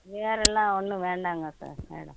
வேறு எல்லாம் ஒன்றும் வேணாங்க சார் மேடம்